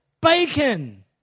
bacon